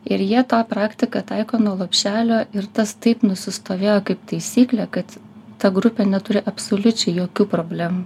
ir jie tą praktiką taiko nuo lopšelio ir tas taip nusistovėjo kaip taisyklė kad ta grupė neturi absoliučiai jokių problemų